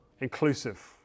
Inclusive